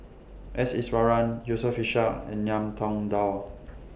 S Iswaran Yusof Ishak and Ngiam Tong Dow